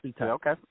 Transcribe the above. Okay